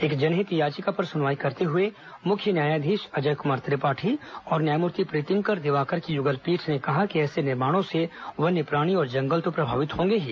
एक जनहित याचिका पर सुनवाई करते हुए न्यायाधीश अजय कुमार त्रिपाठी और न्यायमूर्ति प्रीतिंकर दिवाकर की युगल पीठ ने मुख्य कहा कि ऐसे निर्माणों से वन्यप्राणी और जंगल तो प्रभावित होंगे ही